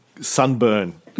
sunburn